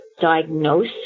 diagnose